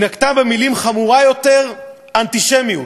היא נקטה מילה חמורה יותר: אנטישמיות.